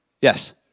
Yes